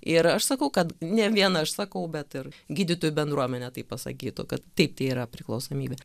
ir aš sakau kad ne vien aš sakau bet ir gydytojų bendruomenė tai pasakytų kad taip tai yra priklausomybė